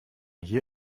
hier